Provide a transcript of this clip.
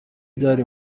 ibyari